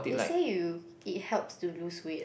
they say you it helps to lose weight